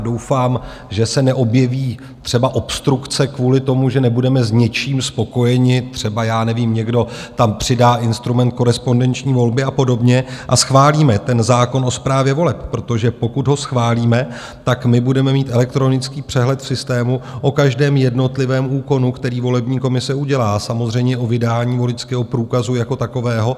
Doufám, že se neobjeví třeba obstrukce kvůli tomu, že nebudeme s něčím spokojeni třeba, já nevím, někdo tam přidá instrument korespondenční volby a podobně a schválíme ten zákon o správě voleb, protože pokud ho schválíme, budeme mít elektronický přehled v systému o každém jednotlivém úkonu, který volební komise udělá, a samozřejmě o vydání voličského průkazu jako takového.